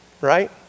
right